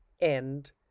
End